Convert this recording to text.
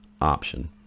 option